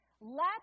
Let